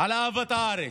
על אהבת הארץ,